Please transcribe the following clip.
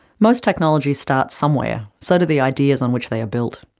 most technologies start somewhere so do the ideas on which they are built.